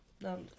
No